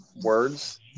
words